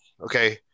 okay